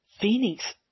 Phoenix